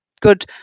Good